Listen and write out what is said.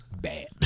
bad